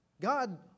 God